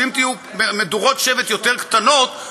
אם יהיו מדורות שבט יותר קטנות,